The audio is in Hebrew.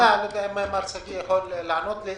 יש לי שאלה, אם מר שגיא יכול לענות לי.